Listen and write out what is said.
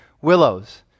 willows